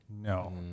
No